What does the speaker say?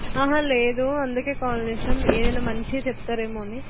లేదు అందుకే కాల్ చేసాము ఏదైనా మంచిది చెప్తారేమో అని